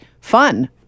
fun